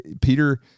Peter